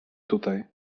tutaj